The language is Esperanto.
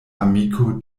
amiko